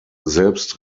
selbst